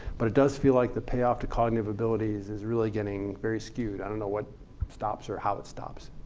but it does feel like the payoff to cognitive abilities is really getting very skewed. i don't know what stops or how it stops.